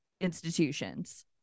institutions